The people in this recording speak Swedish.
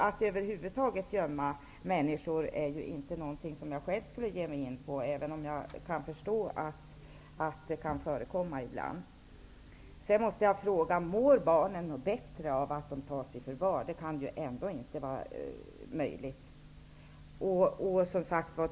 Att över huvud taget gömma människor är inte något som jag själv kan tänka mig att ge mig in på, även om jag har förståelse för att sådant ibland förekommer. Mår barnen bättre av att de tas i förvar? Det kan ändå inte vara möjligt.